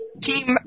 Team